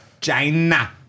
China